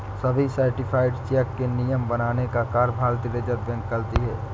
सभी certified cheque के नियम बनाने का कार्य भारतीय रिज़र्व बैंक करती है